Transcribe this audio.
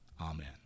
Amen